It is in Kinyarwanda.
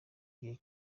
gihe